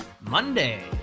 Monday